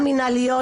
המינהליות,